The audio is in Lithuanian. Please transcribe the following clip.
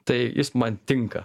tai jis man tinka